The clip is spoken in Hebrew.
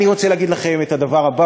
אני רוצה להגיד לכם את הדבר הבא,